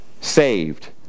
saved